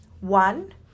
One